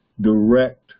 direct